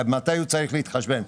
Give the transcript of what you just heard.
עד מתי הוא צריך להתחשבן?